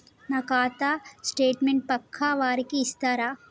నా ఖాతా స్టేట్మెంట్ పక్కా వారికి ఇస్తరా?